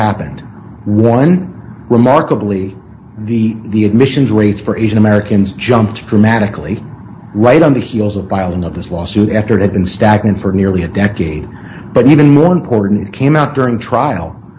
happened one remarkably the the admissions rates for asian americans jumped dramatically right on the heels of violence of this lawsuit after it had been stagnant for nearly a decade but even more important came out during a trial